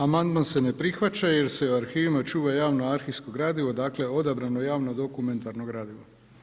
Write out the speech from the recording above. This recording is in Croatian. Amandman se ne prihvaća jer se u arhivima čuva javno arhivsko gradivo, dakle odabrano javno dokumentarno gradivo.